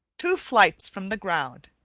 two flights from the ground.